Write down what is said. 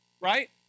Right